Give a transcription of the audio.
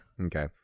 Okay